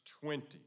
Twenty